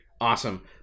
awesome